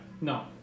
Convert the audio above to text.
No